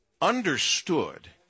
understood